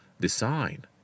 design